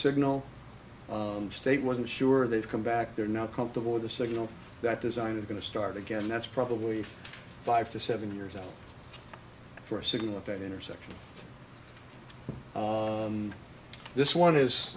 signal state wasn't sure they'd come back they're not comfortable with the signal that design is going to start again that's probably five to seven years out for a significant intersection this one is